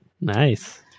Nice